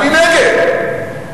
אני נגד.